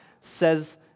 says